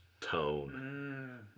tone